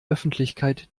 öffentlichkeit